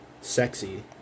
Sexy